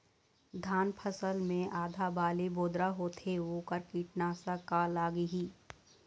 धान फसल मे आधा बाली बोदरा होथे वोकर कीटनाशक का लागिही?